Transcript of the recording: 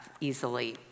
easily